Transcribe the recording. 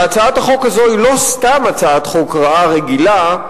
והצעת החוק הזאת היא לא סתם הצעת חוק רעה רגילה,